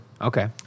Okay